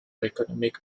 économique